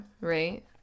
right